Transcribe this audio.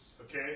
Okay